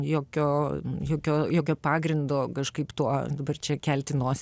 jokio jokio jokio pagrindo kažkaip tuo dabar čia kelti nosį ir